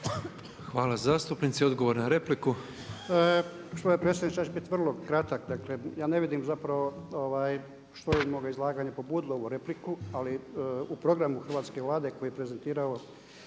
Hvala zastupnici. Odgovor na repliku.